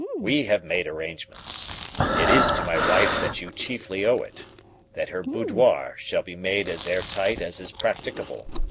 we have made arrangements it is to my wife that you chiefly owe it that her boudoir shall be made as airtight as is practicable.